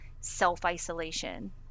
self-isolation